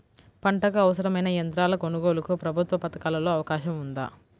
పంటకు అవసరమైన యంత్రాల కొనగోలుకు ప్రభుత్వ పథకాలలో అవకాశం ఉందా?